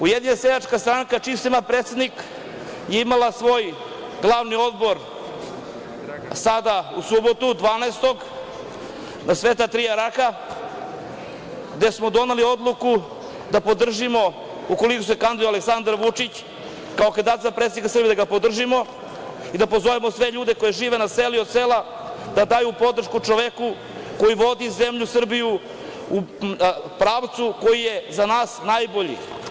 Ujedinjena seljačka stranka, čiji sam ja predsednik, imala je svoj glavni odbor u subotu 12. februara, na Sveta tri jerarha, gde smo doneli odluku da podržimo, ukoliko se kandiduje Aleksandar Vučić za predsednika Srbije da ga podržimo i da pozovemo sve ljude koji žive na selu i od sela da daju podršku čoveku koji vodi zemlju Srbiju u pravcu koji je za nas najbolji.